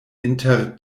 inter